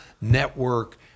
network